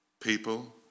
people